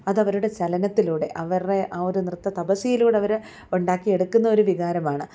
അത് അവരുടെ ചലനത്തിലൂടെ അവരുടെ ആ ഒരു നൃത്ത തതപസ്യയിലൂടെ അവർ ഉണ്ടാക്കി എടുക്കുന്ന ഒരു വികാരമാണ്